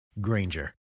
granger